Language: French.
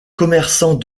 commerçant